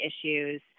issues